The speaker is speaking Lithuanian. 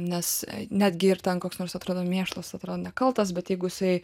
nes netgi ir ten koks nors atrodo mėšlas atrodo nekaltas bet jeigu jisai